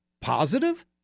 Positive